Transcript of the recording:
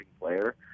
player